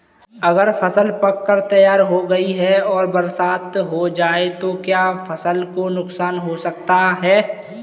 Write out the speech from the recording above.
अगर फसल पक कर तैयार हो गई है और बरसात हो जाए तो क्या फसल को नुकसान हो सकता है?